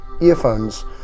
earphones